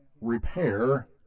repair